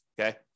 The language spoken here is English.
Okay